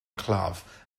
claf